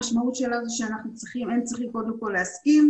המשמעות שלה היא שהם צריכים קודם כל להסכים.